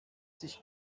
sich